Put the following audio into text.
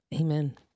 Amen